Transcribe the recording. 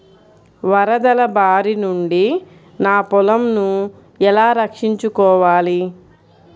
వరదల భారి నుండి నా పొలంను ఎలా రక్షించుకోవాలి?